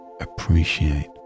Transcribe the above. appreciate